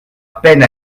peine